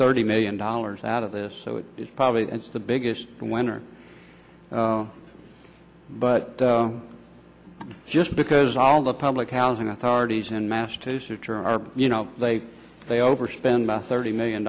thirty million dollars out of this so it is probably the biggest winner but just because all the public housing authorities in massachusetts are you know they they overspend about thirty million